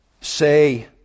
say